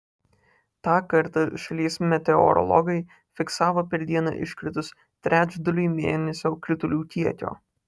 tą kartą šalies meteorologai fiksavo per dieną iškritus trečdaliui mėnesio kritulių kiekio